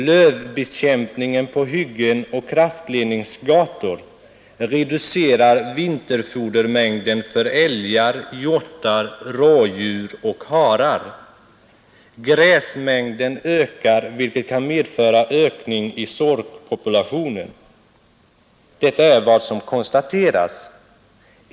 Lövbekämpningen på hyggen och kraftledningsgator reducerar vinterfodermängden för älgar, hjortar, rådjur och harar. Gräsmängden ökar, vilket kan medföra ökning i sorkpopulationen. Detta är vad som konstaterats.